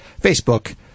Facebook